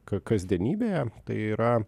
ka kasdienybėje tai yra